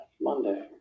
monday